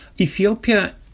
Ethiopia